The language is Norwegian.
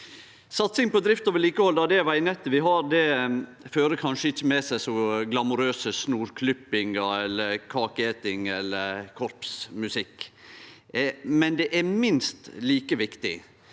Satsing på drift og vedlikehald av det vegnettet vi har, fører kanskje ikkje med seg glamorøs snorklipping, kakeeting eller korpsmusikk, men det er minst like viktig.